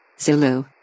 Zulu